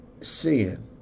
sin